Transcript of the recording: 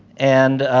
and